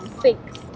six